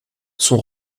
son